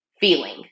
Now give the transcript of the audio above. feeling